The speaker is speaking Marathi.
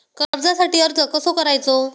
कर्जासाठी अर्ज कसो करायचो?